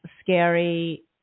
scary